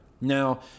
Now